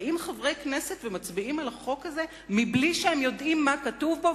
באים חברי הכנסת ומצביעים על חוק ההסדרים מבלי שהם יודעים מה כתוב בו?